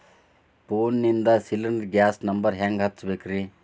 ಫೋನಿಂದ cylinder gas number ಹೆಂಗ್ ಹಚ್ಚ ಬೇಕ್ರಿ?